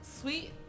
sweet